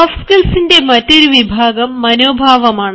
soft സ്കിൽസിന്റെ മറ്റൊരു വിഭാഗം മനോഭാവമാണ്